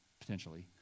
potentially